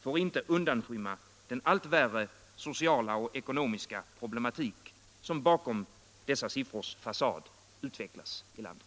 får inte undanskymma den allt värre sociala och ekonomiska problematik som bakom dessa siffrors fasad utvecklas i landet.